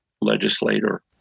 legislator